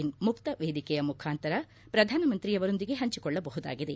ಇನ್ ಮುಕ್ತ ವೇದಿಕೆಯ ಮುಖಾಂತರ ಪ್ರಧಾನ ಮಂತ್ರಿಯವರೊಂದಿಗೆ ಪಂಚಿಕೊಳ್ಳಬಹುದಾಗಿದೆ